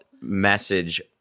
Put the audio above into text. message